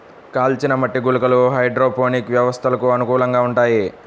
కాల్చిన మట్టి గుళికలు హైడ్రోపోనిక్ వ్యవస్థలకు అనుకూలంగా ఉంటాయి